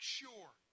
sure